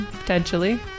potentially